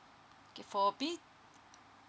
okay for